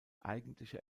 eigentliche